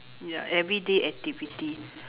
ya everyday activity